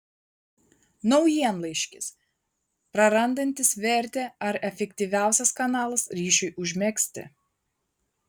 naujienlaiškis prarandantis vertę ar efektyviausias kanalas ryšiui užmegzti